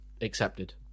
accepted